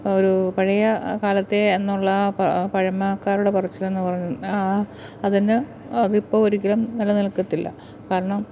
ഒരു പഴയ കാലത്തെ എന്നുള്ള ആ പഴമക്കാരുടെ പറച്ചിലെന്ന് പറ ആ അതിന് അതിപ്പോള് ഒരിക്കലും നിലനിൽക്കത്തില്ല കാരണം